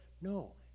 No